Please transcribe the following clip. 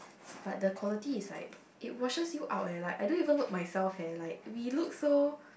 but the quality is like it washes you out eh like I don't even look myself eh like we look so